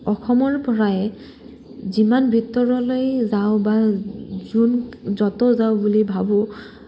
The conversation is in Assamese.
অসমৰ পৰাই যিমান ভিতৰলৈ যাওঁ বা যোন য'ত যাওঁ বুলি ভাবোঁ